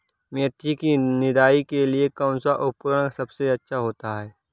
मेथी की निदाई के लिए कौन सा उपकरण सबसे अच्छा होता है?